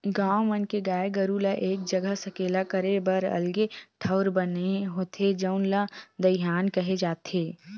गाँव मन के गाय गरू ल एक जघा सकेला करे बर अलगे ठउर बने होथे जउन ल दईहान केहे जाथे